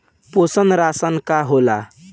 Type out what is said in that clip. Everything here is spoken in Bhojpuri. पोषण राशन का होला?